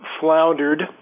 floundered